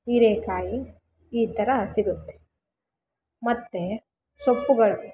ಹೀರೆಕಾಯಿ ಈ ಥರ ಸಿಗುತ್ತೆ ಮತ್ತೆ ಸೊಪ್ಪುಗಳು